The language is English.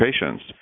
patients